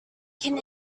can